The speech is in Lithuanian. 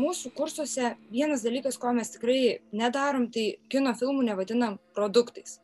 mūsų kursuose vienas dalykas ko mes tikrai nedarom tai kino filmų nevadinam produktais